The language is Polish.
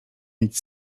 mieć